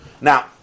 Now